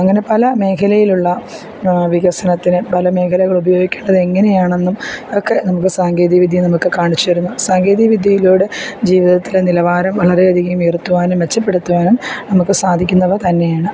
അങ്ങനെ പല മേഖലയിലുള്ള വികസനത്തിന് പല മേഖലകളുപയോഗിക്കേണ്ടത് എങ്ങനെയാണെന്നും ഒക്കെ നമുക്ക് സാങ്കേതികവിദ്യ നമുക്ക് കാണിച്ചു തരും സാങ്കേതികവിദ്യയിലൂടെ ജീവിതത്തിലെ നിലവാരം വളരെയധികം ഉയർത്തുവാനും മെച്ചപ്പെടുത്തുവാനും നമുക്ക് സാധിക്കുന്നവ തന്നെയാണ്